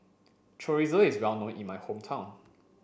chorizo is well known in my hometown